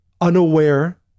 unaware